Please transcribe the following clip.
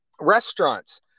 restaurants